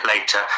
later